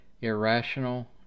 irrational